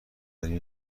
داریم